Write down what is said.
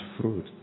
fruit